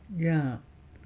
ya